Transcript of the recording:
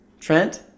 Trent